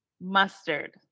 Mustard